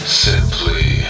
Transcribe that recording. simply